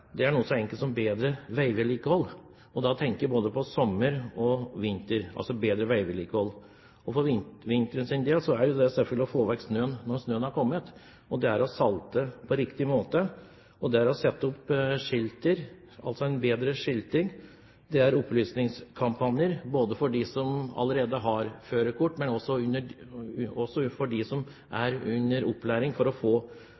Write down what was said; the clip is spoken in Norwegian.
noe så enkelt som bedre veivedlikehold. Da tenker jeg både på sommer og vinter – altså bedre veivedlikehold. Om vinteren gjelder det å få vekk snøen når snøen har kommet, å salte på riktig måte, og å sette opp skilt – altså bedre skilting. Det er opplysningskampanjer, både for dem som allerede har førerkort, og for dem som er under opplæring for å få førerkort. Dette med bedre opplæring er